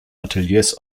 ateliers